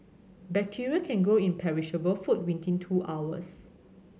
bacteria can grow in perishable food within two hours